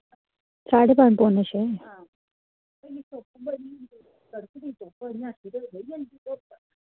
साड्डे पंज पौने छे